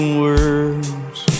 words